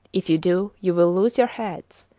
if you do you will lose your heads.